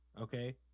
okay